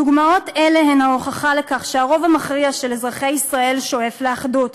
דוגמאות אלו הן ההוכחה לכך שהרוב המכריע של אזרחי ישראל שואף לאחדות.